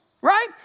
right